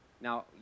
Now